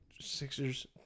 Sixers